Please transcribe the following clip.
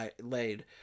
laid